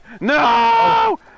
No